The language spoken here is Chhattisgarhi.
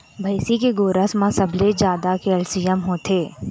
भइसी के गोरस म सबले जादा कैल्सियम होथे